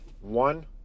one